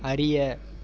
அறிய